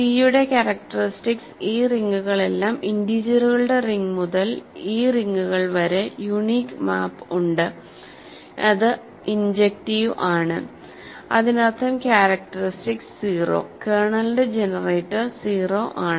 C യുടെ characteristics ഈ റിങ്ങുകളെല്ലാം ഇന്റീജറുകളുടെ റിങ് മുതൽ ഈ റിങ്ങുകൾ വരെ യൂണീക് മാപ്പ് ഉണ്ട്അത് ഇൻജെക്ടിവ് ആണ് അതിനർത്ഥം ക്യാരക്ടറിസ്റ്റിക്സ് 0 കേർണലിന്റെ ജനറേറ്റർ 0 ആണ്